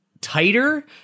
tighter